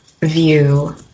view